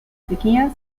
sequías